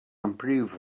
improve